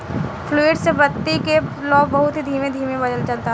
fluid से बत्ती के लौं बहुत ही धीमे धीमे जलता